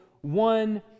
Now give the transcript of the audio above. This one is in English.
One